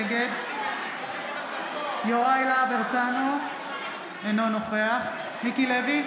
נגד יוראי להב הרצנו, אינו נוכח מיקי לוי,